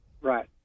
Right